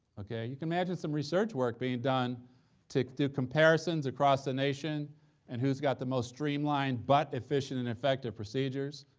okay? you can imagine some research work being done to do comparisons across the nation and who's got the most streamlined but efficient and effective procedures,